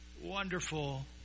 wonderful